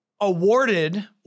awarded